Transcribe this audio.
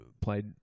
played –